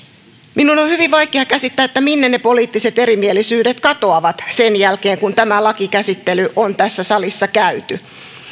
minun on hyvin vaikea käsittää minne ne poliittiset erimielisyydet katoavat sen jälkeen kun tämä lakikäsittely on tässä salissa käyty